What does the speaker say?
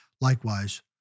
Likewise